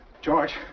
George